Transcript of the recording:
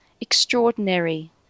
extraordinary